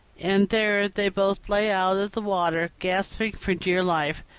and there they both lay out of the water, gasping for dear life.